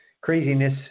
craziness